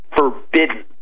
forbidden